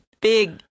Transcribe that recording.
big